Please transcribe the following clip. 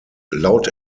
laut